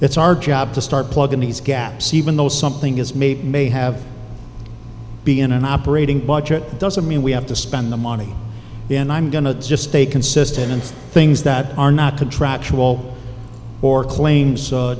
it's our job to start plugging these gaps even though something is made may have be in an operating budget doesn't mean we have to spend the money and i'm going to just stay consistent in things that are not contractual or claims